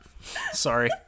Sorry